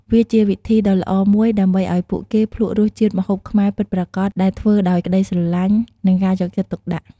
វាជាវិធីដ៏ល្អមួយដើម្បីឲ្យពួកគេភ្លក្សរសជាតិម្ហូបខ្មែរពិតប្រាកដដែលធ្វើដោយក្ដីស្រឡាញ់ និងការយកចិត្តទុកដាក់។